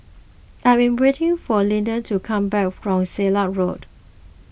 I am waiting for Lethia to come back from Silat Road